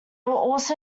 also